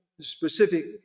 specific